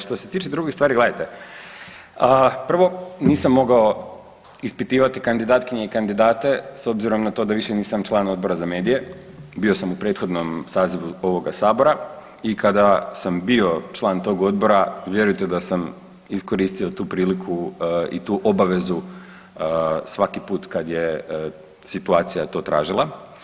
Što se tiče drugih stvari, gledajte, prvo, nisam mogao ispitivati kandidatkinje i kandidate s obzirom na to da više nisam član Odbora za medije, bio sam u prethodnom sazivu ovoga Sabora i kada sam bio član tog odbora, vjerujte da sam iskoristio tu priliku i tu obavezu svaki put kad je situacija to tražila.